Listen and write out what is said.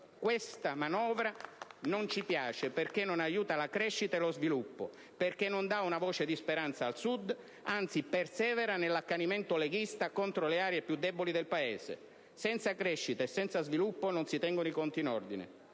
Questa manovra non ci piace perché non aiuta la crescita e lo sviluppo, perché non dà una voce di speranza al Sud e, anzi, persevera nell'accanimento leghista contro le aree più deboli del Paese. Senza crescita e senza sviluppo non si tengono i conti in ordine.